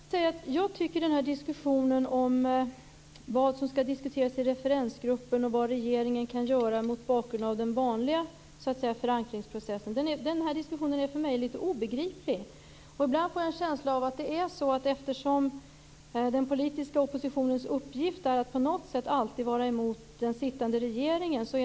Fru talman! Låt mig säga att jag tycker att den här diskussionen om vad som skall diskuteras i referensgruppen och om vad regeringen kan göra mot bakgrund av den vanliga förankringsprocessen är litet obegriplig för mig. Ibland får jag en känsla av att det här handlar om att den politiska oppositionens uppgift på något sätt alltid är att vara emot den sittande regeringen.